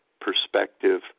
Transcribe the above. perspective